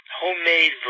homemade